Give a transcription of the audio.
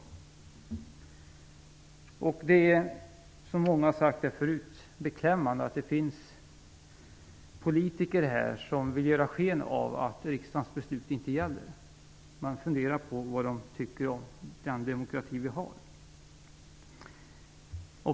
Som många redan har sagt är det beklämmande att det finns politiker här som vill ge sken av att riksdagens beslut inte gäller. Man funderar på vad de anser om den demokrati som vi har.